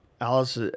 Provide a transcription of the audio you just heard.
Alice